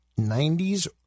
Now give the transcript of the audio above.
90s